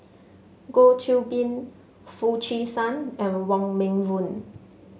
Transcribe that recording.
Goh Qiu Bin Foo Chee San and Wong Meng Voon